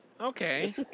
Okay